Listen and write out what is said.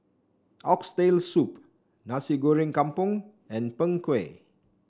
Oxtail Soup Nasi Goreng Kampung and Png Kueh